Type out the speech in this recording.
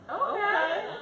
Okay